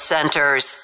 Centers